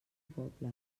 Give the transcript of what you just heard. poble